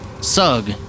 Sug